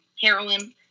heroin